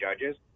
judges